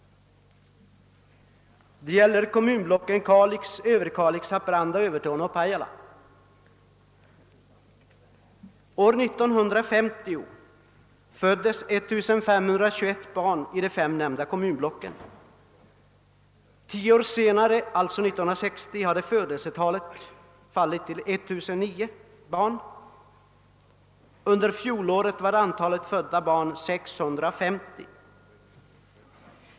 Det gäller kommunblocken Kalix, Överkalix, Haparanda, Övertorneå och Pajala. År 1950 föddes 1521 barn i de fem nämnda kommunblocken. Tio år senare, alltså 1960, hade födelsetalet fallit till 1009 barn, och under fjolåret var antalet födda 650.